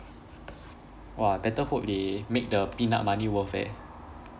!wah! better hope they make the peanut money worth eh